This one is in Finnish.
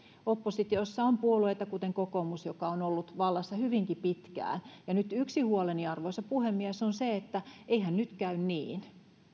oppositiossa on puolueita kuten kokoomus joka on ollut vallassa hyvinkin pitkään ja nyt yksi huoleni arvoisa puhemies on se että eihän nyt käy niin